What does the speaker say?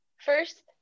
first